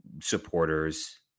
supporters